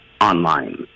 online